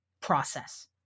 process